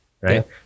right